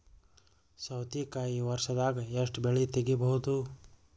ಸೌತಿಕಾಯಿ ವರ್ಷದಾಗ್ ಎಷ್ಟ್ ಬೆಳೆ ತೆಗೆಯಬಹುದು?